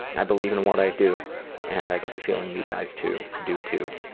and i believe in what i do and i get the feeling you guys too do too.